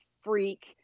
freak